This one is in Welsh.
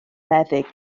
meddyg